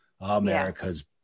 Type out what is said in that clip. america's